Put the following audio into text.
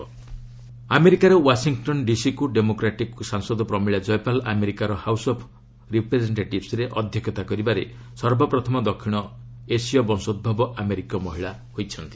ପ୍ରମିଳା କ୍ଜୟପାଲ୍ ଆମେରିକାର ୱାଶିଂଟନ୍ ଡିସିକୁ ଡେମୋକ୍ରାଟିକ୍ ସାଂସଦ ପ୍ରମିଳା ଜୟପାଲ୍ ଆମେରିକାର ହାଉସ୍ ଅଫ୍ ରିପ୍ରେଜେଷ୍ଟିଭ୍ସ୍ରେ ଅଧ୍ୟକ୍ଷତା କରିବାରେ ସର୍ବପ୍ରଥମ ଦକ୍ଷିଣ ଏସୀୟ ବଂଶୋଭବ ଆମେରିକୀୟ ମହିଳା ହୋଇଛନ୍ତି